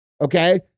okay